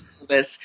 Service